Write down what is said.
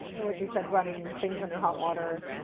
and what you said, running things under hot water.